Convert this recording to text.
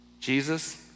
Jesus